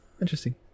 Interesting